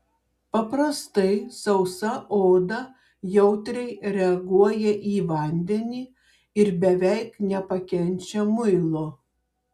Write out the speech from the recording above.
paprastai sausa oda jautriai reaguoja į vandenį ir beveik nepakenčia muilo